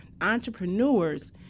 entrepreneurs